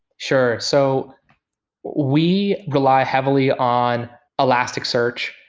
sure. so we rely heavily on elasticsearch.